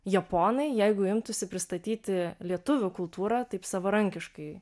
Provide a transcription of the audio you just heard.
japonai jeigu imtųsi pristatyti lietuvių kultūrą taip savarankiškai